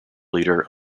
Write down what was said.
leader